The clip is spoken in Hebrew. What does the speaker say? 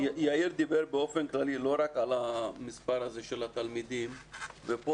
יאיר דיבר באופן כללי לא רק על המספר של התלמידים וכאן